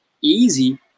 easy